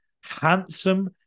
handsome